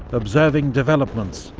observing developments,